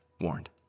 warned